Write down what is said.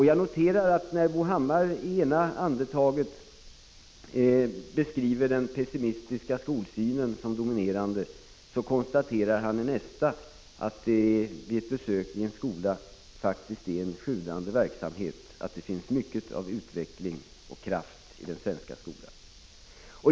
Jag noterar att medan Bo Hammar i det ena andetaget beskriver den pessimistiska skolsynen som dominerande, konstaterar han i nästa andetag att man vid ett besök i skolan finner att det är en sjudande verksamhet och mycket av utveckling och kraft i den svenska skolan.